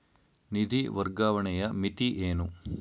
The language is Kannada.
ನಿಧಿ ವರ್ಗಾವಣೆಯ ಮಿತಿ ಏನು?